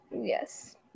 Yes